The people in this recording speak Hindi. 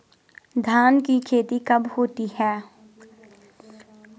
धान की खेती कब होती है?